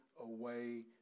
away